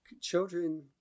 children